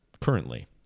currently